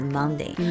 Monday